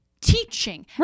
teaching